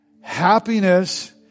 Happiness